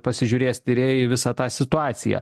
pasižiūrės tyrėjai į visą tą situaciją